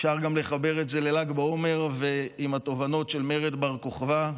אפשר גם לחבר את זה לל"ג בעומר ולתובנות של מרד בר כוכבא,